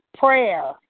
Prayer